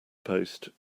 post